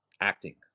acting